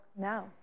No